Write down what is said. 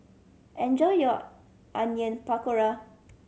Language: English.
enjoy your Onion Pakora